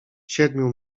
siedmiu